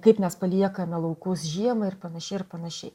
kaip mes paliekame laukus žiemai ir panašiai ir panašiai